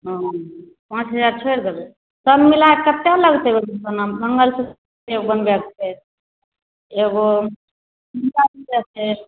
हँ पॉँच हजार छोड़ि देबै सब मिलाएके कतेक लगतै ओहिमे बना मङ्गलसूत्र बनबैके छै एगो टीका बनबैके छै